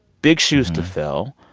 big shoes to fill.